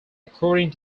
according